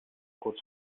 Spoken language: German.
kurz